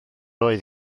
oedd